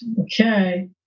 Okay